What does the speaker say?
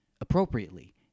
appropriately